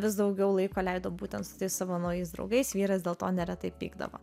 vis daugiau laiko leido būtent su tais savo naujais draugais vyras dėl to neretai pykdavo